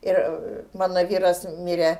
ir mano vyras mirė